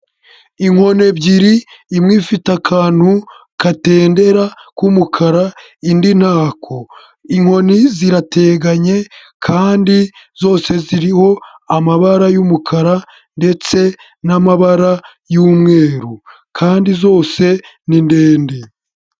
Inkoni ebyiri, imwe ifite akantu gatendera k'umukara indi ntako, inkoni zirateganye kandi zose ziriho amabara y'umukara ndetse n'amabara y'umweru kandi zose ni ndende.